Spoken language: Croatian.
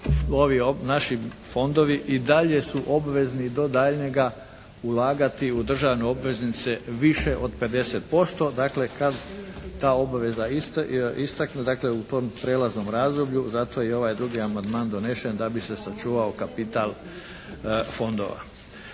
ovi naši fondovi i dalje su obvezni do daljnjega ulagati u državne obveznice više od 50% dakle kada ta obveza istekne, dakle u tom prijelaznom razdoblju, zato je i ovaj drugi amandman donesen da bi se sačuvao kapital fondova.